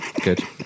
good